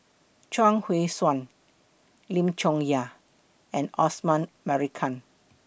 Chuang Hui Tsuan Lim Chong Yah and Osman Merican